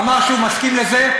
אמר שהוא מסכים לזה.